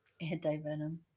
Anti-Venom